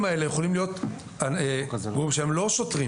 האלה יכולים להיות גורמים שהם לא שוטרים,